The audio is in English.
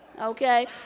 okay